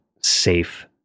safe